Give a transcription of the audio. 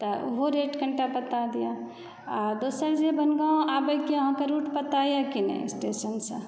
तऽ ओहो रेट कनीटा बता दिअ आ दोसर जे बनगाँव आबयके अहाँकऽ रूट पता यऽ कि नहि स्टेशनसँ